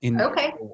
Okay